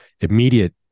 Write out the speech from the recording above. immediate